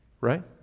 right